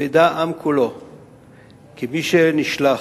ידע העם כולו כי מי שנשלח